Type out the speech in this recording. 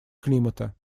климата